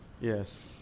Yes